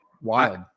Wild